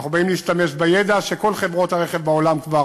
אנחנו באים להשתמש בידע שכל חברות הרכב בעולם כבר